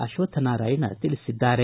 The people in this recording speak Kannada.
ಅಶ್ವಥನಾರಾಯಣ ತಿಳಿಸಿದ್ದಾರೆ